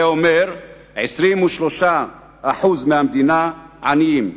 זה אומר ש-23% מהמדינה עניים.